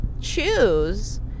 choose